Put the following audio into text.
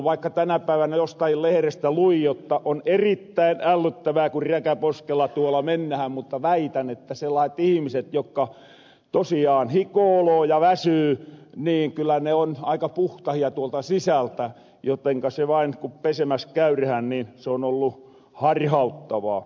vaikka tänä päivänä jostain lehrestä luin jotta on erittäin ällöttävää kun räkä poskella tuolla mennähän niin väitän että sellaaset ihmiset jotka tosiaan hikooloo ja väsyy kyllä ne on aika puhtahia tuolta sisältä jotenka vain kun pesemäs käyrähän niin se on ollu harhauttavaa